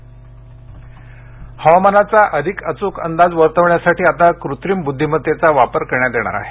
हवामान बुद्धिमत्ता हवामानाचा अधिक अचूक अंदाज वर्तवण्यासाठी आता कृत्रिम बुद्धिमत्तेचा वापर करण्यात येणार आहे